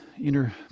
inner